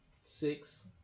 six